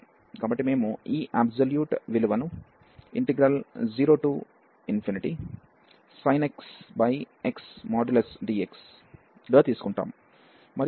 కాబట్టి మేము ఈ అబ్సొల్యూట్ విలువను 0 sin xx dx గా తీసుకుంటాము